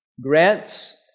grants